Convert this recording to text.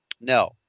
No